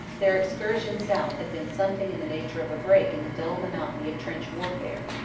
their excursion south had been something in the nature of a break in the dull monotony of trench warfare,